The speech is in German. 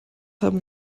haben